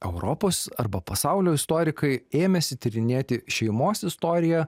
europos arba pasaulio istorikai ėmėsi tyrinėti šeimos istoriją